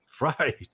right